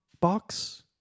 box